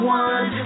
one